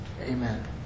Amen